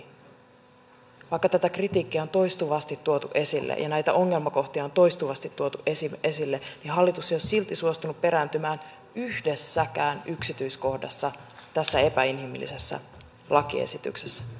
ja vaikka tätä kritiikkiä on toistuvasti tuotu esille ja näitä ongelmakohtia on toistuvasti tuotu esille niin hallitus ei ole silti suostunut perääntymään yhdessäkään yksityiskohdassa tässä epäinhimillisessä lakiesityksessä